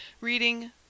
Reading